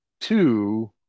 Two